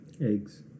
eggs